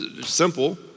Simple